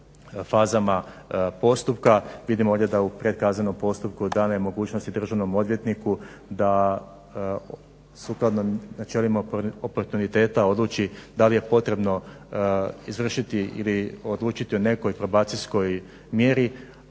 fazama postupka. Vidimo ovdje da u pred kaznenom postupku dana je mogućnost i državnom odvjetniku da sukladno načelima oportuniteta odluči da li je potrebno izvršiti ili odlučiti o nekoj probacijskoj mjeri.